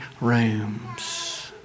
rooms